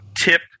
tip